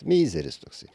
mizeris toksai